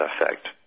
effect